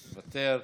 מוותר.